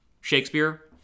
Shakespeare